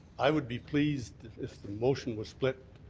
i would be pleased if the motion was split